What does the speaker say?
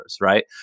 Right